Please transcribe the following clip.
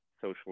social